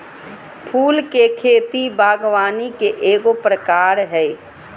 फूल के खेती बागवानी के एगो प्रकार हइ